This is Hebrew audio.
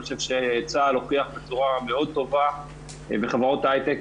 אני חושב שצה"ל הוכיח בצורה מאוד טובה וחברות הייטק